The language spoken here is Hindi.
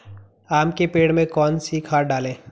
आम के पेड़ में कौन सी खाद डालें?